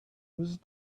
was